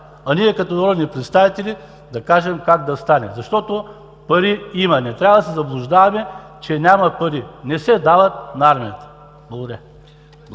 а ние като народни представители да кажем как да стане. Пари има, не трябва да се заблуждаваме, че няма пари – не се дават на армията. Благодаря.